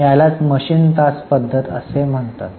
यालाच मशीन तास पद्धत असे म्हणतात